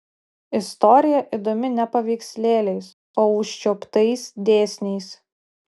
istorija įdomi ne paveikslėliais o užčiuoptais dėsniais